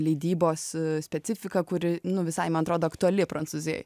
leidybos specifiką kuri nu visai man atrodo aktuali prancūzijoj